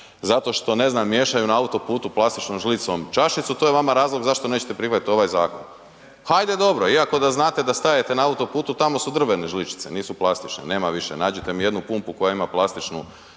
Zato što ne znam, miješaju na autoputu plastičnom žlicom čašicu, to je vama razlog zašto nećete prihvatiti ovaj zakon. Ajde dobro iako da znate da stajete na autoputu, tamo su drvene žličice, nisu plastične, nema više, nađite mi jednu pumpu koja ima plastičnu